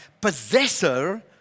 possessor